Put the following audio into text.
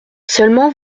seulement